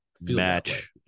match